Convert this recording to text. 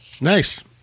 Nice